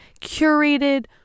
curated